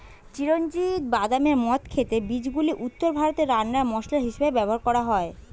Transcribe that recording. চিরঞ্জিত বাদামের মত খেতে বীজগুলি উত্তর ভারতে রান্নার মসলা হিসেবে ব্যবহার হয়